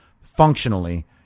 functionally